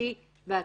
חופשי ועצמאי.